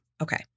Okay